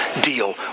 deal